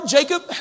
Jacob